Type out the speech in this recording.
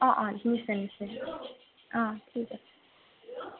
অঁ অঁ নিশ্চয় নিশ্চয় অ' ঠিক আছে